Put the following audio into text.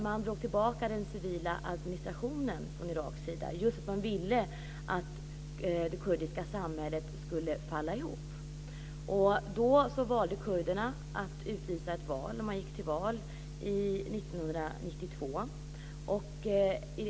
Man drog tillbaka den civila administrationen från Iraks sida just för att man ville att det kurdiska samhället skulle falla ihop. Då valde kurderna att utlysa ett val. Man gick till val 1992.